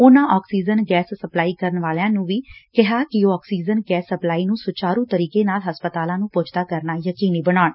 ਉਨੂਂ oxygen gas supply ਕਰਨ ਵਾਲਿਆਂ ਨੂੰ ਵੀ ਟੈਲੀਫੋਨ ਕਰਕੇ ਕਿਹਾ ਕਿ ਉਹ ਆਕਸੀਜਨ ਗੈਸ ਸਪਲਾਈ ਨੂੰ ਸੁਚਾਰੂ ਤਰੀਕੇ ਨਾਲ ਹਸਪਤਾਲਾਂ ਨੂੰ ਪੁੱਜਦਾ ਕਰਨਾ ਯਕੀਨੀ ਬਣਾਉਣ